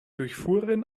durchfuhren